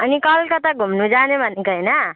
अनि कलकत्ता घुम्नु जाने भनेको होइन